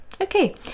Okay